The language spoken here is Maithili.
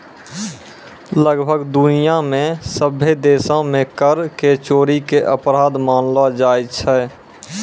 लगभग दुनिया मे सभ्भे देशो मे कर के चोरी के अपराध मानलो जाय छै